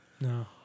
No